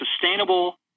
sustainable